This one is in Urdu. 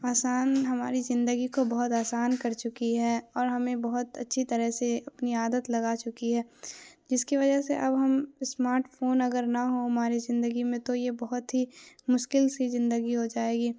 آسان ہماری زندگی کو بہت آسان کر چکی ہے اور ہمیں بہت اچھی طرح سے اپنی عادت لگا چکی ہے جس کی وجہ سے اب ہم اسمارٹ فون اگر نہ ہو ہماری زندگی میں تو یہ بہت ہی مشکل سی زندگی ہو جائے گی